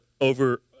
over